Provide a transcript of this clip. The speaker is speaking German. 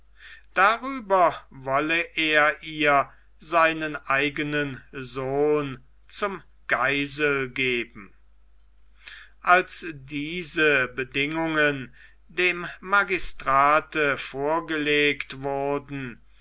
darüber wolle er ihr seinen eigenen sohn zum geisel geben als diese bedingungen dem magistrate vorgelegt wurden